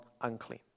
unclean